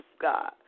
God